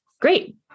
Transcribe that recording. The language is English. great